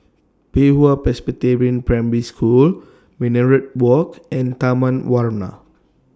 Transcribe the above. Pei Hwa Presbyterian Prime School Minaret Walk and Taman Warna